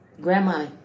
grandma